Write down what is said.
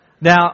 Now